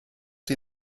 die